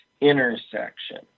intersection